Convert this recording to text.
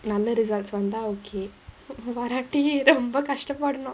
நல்ல:nalla results வந்தா:vandhaa okay வராட்டி ரொம்ப கஷ்ட படனும்:varatti romba kasta padanum